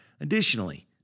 Additionally